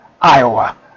Iowa